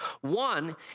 One